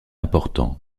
important